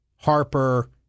Harper